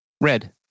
Red